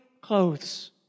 clothes